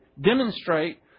demonstrate